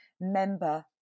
member